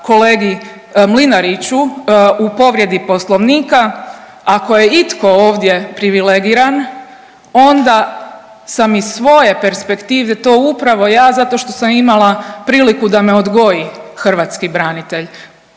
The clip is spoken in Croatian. kolegi Mlinariću u povrijedi poslovnika, ako je itko ovdje privilegiran onda sam iz svoje perspektive to upravo ja zato što sam imala priliku da me odgoji hrvatski branitelj